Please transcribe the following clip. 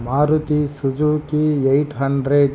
Maruti Suzuki eight hundred